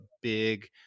big